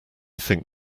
think